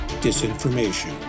Disinformation